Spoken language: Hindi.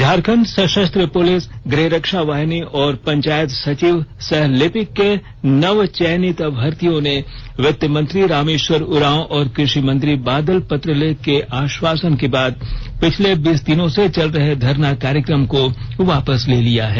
झारखंड सशस्त्र पुलिस गृहरक्षा वाहिनी और पंचायत सचिव सह लिपिक के नव चयनित अभ्यर्थियों ने वित्त मंत्री रामेश्वर उराव और कृषि मंत्री बादल पत्रलेख के आश्वासन के बाद पिछले बीस दिनों से चल रहे धरना कार्यक्रम को वापस ले लिया है